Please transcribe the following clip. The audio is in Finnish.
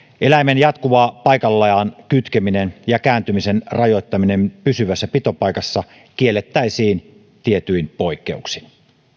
eläimen jatkuva paikalleen kytkeminen ja kääntymisen rajoittaminen pysyvässä pitopaikassa kiellettäisiin tietyin poikkeuksin